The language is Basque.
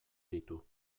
ditu